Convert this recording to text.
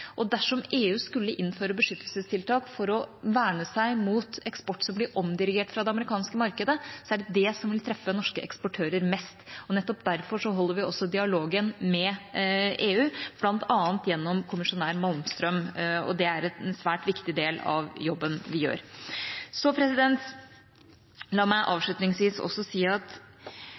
Og dersom EU skulle innføre beskyttelsestiltak for å verne seg mot eksport som blir omdirigert fra det amerikanske markedet, er det det som vil treffe norske eksportører mest. Nettopp derfor har vi også dialog med EU, bl.a. gjennom kommisjonær Malmström. Det er en svært viktig del av jobben vi gjør. La meg avslutningsvis også si at